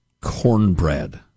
cornbread